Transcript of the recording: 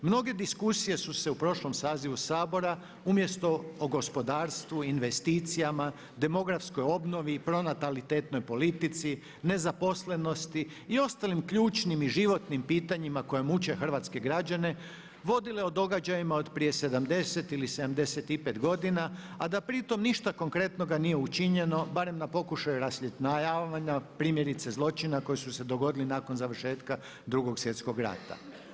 Mnoge diskusije su se u prošlom sazivu Sabora umjesto o gospodarstvu, investicijama, demografskoj obnovi i pronatalitetnoj politici, nezaposlenosti i ostalim ključnim i životnim pitanjima koja muče hrvatske građane vodile o događajima od prije 70 ili 75 godina a da pri tom ništa konkretnoga nije učinjeno barem na pokušaju rasvjetljavanja primjerice zločina koji su se dogodili nakon završetka 2. svjetskog rata.